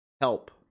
help